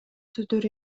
сөздөр